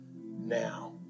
now